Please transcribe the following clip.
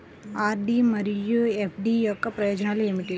RD మరియు FD యొక్క ప్రయోజనాలు ఏమిటి?